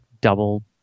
double